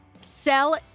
Sell